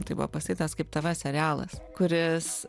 tai buvo pastatytas kaip tv serialas kuris